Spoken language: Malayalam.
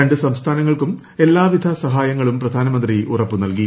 രണ്ട് സംസ്ഥാനങ്ങൾക്കും എല്ലാവിധ സഹായങ്ങളും പ്രധാനമന്ത്രി ഉറപ്പു നൽകി